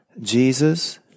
Jesus